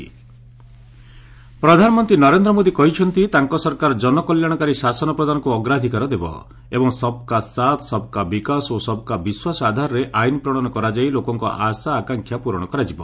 PM NDA meet ପ୍ରଧାନମନ୍ତ୍ରୀ ନରେନ୍ଦ୍ର ମୋଦି କହିଛନ୍ତି ତାଙ୍କ ସରକାର ଜନକଲ୍ୟାଣକାରୀ ଶାସନ ପ୍ରଦାନକୁ ଅଗ୍ରାଧିକାର ଦେବ ଏବଂ 'ସବ୍ କା ସାଥ୍ ସବ୍ କା ବିକାଶ ଓ ସବ୍ କା ବିଶ୍ୱାସ' ଆଧାରରେ ଆଇନ୍ ପ୍ରଣୟନ କରାଯାଇ ଲୋକଙ୍କ ଆଶା ଆକାଂକ୍ଷା ପ୍ରରଣ କରାଯିବ